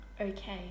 Okay